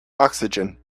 oxygen